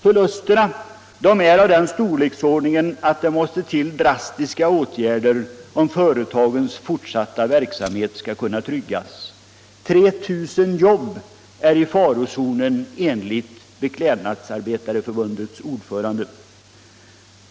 Förlusterna är av den storleksordningen att det måste till drastiska åtgärder om företagens fortsatta verksamhet skall kunna tryggas. 3 000 jobb är i farozonen enligt Beklädnadsarbetareförbundets ordförande.